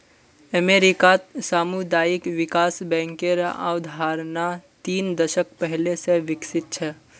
अमेरिकात सामुदायिक विकास बैंकेर अवधारणा तीन दशक पहले स विकसित छ